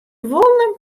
wol